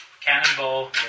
Cannonball